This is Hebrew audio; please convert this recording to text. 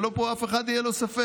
שלאף אחד לא יהיה ספק.